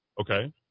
Okay